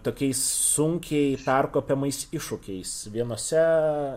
tokiais sunkiai perkopiamais iššūkiais vienose